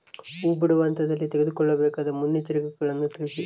ಹೂ ಬಿಡುವ ಹಂತದಲ್ಲಿ ತೆಗೆದುಕೊಳ್ಳಬೇಕಾದ ಮುನ್ನೆಚ್ಚರಿಕೆಗಳನ್ನು ತಿಳಿಸಿ?